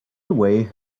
away